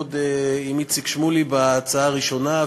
עוד עם איציק שמולי בהצעה הראשונה,